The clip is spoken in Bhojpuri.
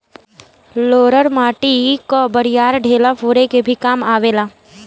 रोलर माटी कअ बड़ियार ढेला फोरे के भी काम आवेला